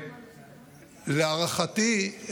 להערכתי,